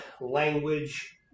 language